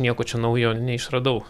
nieko čia naujo neišradau